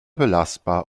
belastbar